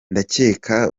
ndakeka